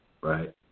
right